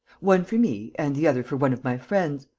one for me and the other for one of my friends.